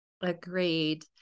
Agreed